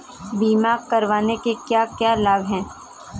बीमा करवाने के क्या क्या लाभ हैं?